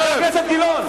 חבר הכנסת גילאון.